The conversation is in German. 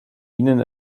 ihnen